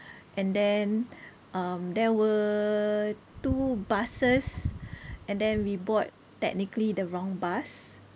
and then um there were two buses and then we board technically the wrong bus